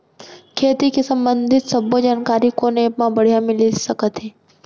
खेती के संबंधित सब्बे जानकारी कोन एप मा बढ़िया मिलिस सकत हे?